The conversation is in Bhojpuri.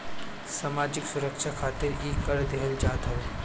सामाजिक सुरक्षा खातिर इ कर देहल जात हवे